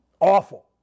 Awful